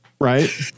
Right